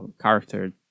character